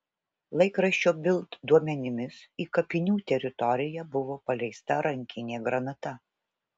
laikraščio bild duomenimis į kapinių teritoriją buvo paleista rankinė granata